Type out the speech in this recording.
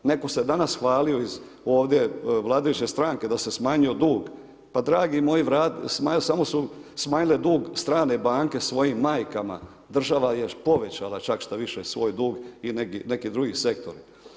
Neko se danas hvalio iz ovdje vladajuće stranke da se smanjio dug, pa dragi moji samo su smanjile dug strane banke svojim majkama, država je povećala čak šta više svoj dug i neki drugi sektor.